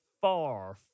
far